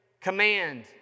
command